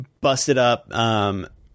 busted-up